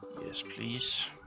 yes please.